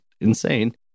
insane